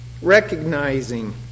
recognizing